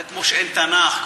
זה כמו שאין תנ"ך,